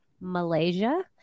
Malaysia